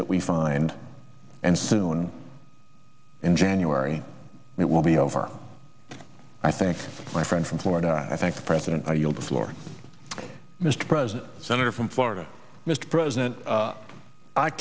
that we find and soon in january it will be over i think my friend from florida i thank the president i yield the floor mr president senator from florida mr president